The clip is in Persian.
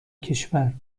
کشور